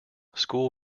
school